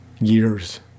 Years